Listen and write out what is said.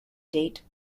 date